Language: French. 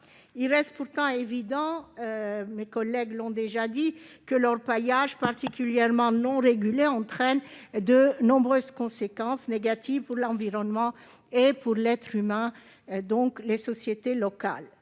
Il reste évident- mes collègues l'ont indiqué -que l'orpaillage, particulièrement non régulé, entraîne de nombreuses conséquences négatives pour l'environnement et pour l'être humain, c'est-à-dire pour les sociétés locales.